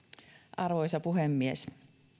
arvoisa puhemies